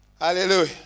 Hallelujah